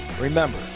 remember